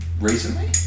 Recently